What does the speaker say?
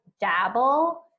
dabble